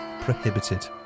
prohibited